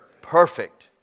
Perfect